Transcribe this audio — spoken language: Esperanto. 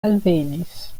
alvenis